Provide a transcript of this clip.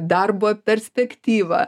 darbo perspektyva